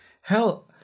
hell